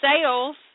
sales